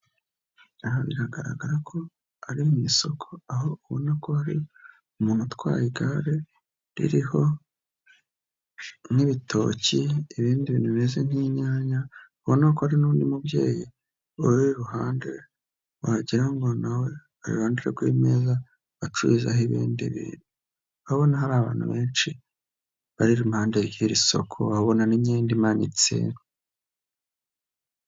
Aha biragaragara ko ari mu isoko. Aho ubona ko hari umuntu utwaye igare, ririho nk'ibitoki, ibindi bimeze nk'inyanya. Ubona ko hari n'undi mubyeyi uri iruhande wagira ngo nawe iruhande rwe neza acurizaho ibindi bintu. Urabona hari abantu benshi bari impande yiri soko, urabona n'imyenda imanitse.